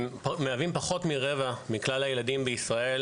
הם מהווים פחות מרבע מכלל הילדים בישראל,